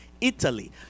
Italy